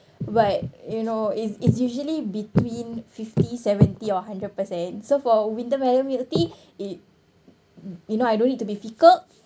but you know it's it's usually between fifty seventy or hundred percent so for winter melon milk tea it you know I don't need to be fickle